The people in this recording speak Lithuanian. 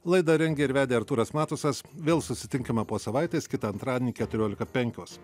laidą rengė ir vedė artūras matusas vėl susitinkame po savaitės kitą antradienį keturiolika penkios